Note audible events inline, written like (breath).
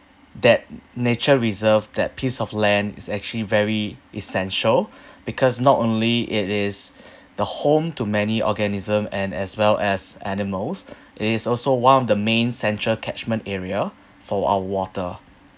that nature reserve that piece of land is actually very essential (breath) because not only it is (breath) the home to many organism and as well as animals (breath) it is also one of the main central catchment area for our water